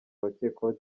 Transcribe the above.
abakekwaho